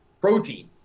protein